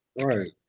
right